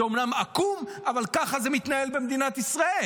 זה אומנם עקום, אבל ככה זה מתנהל במדינת ישראל,